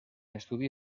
estudi